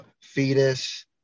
fetus